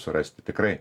surasti tikrai